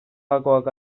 gakoak